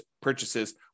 purchases